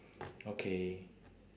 okay